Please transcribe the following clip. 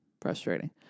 frustrating